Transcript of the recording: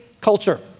culture